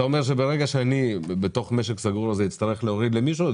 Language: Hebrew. אתה אומר שברגע שאני בתוך משק סגור אצטרך להוריד למישהו,